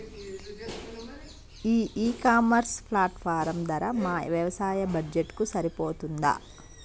ఈ e commerce platform ధర మా వ్యవసాయ బడ్జెట్ కు సరిపోతుందా?